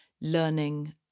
learning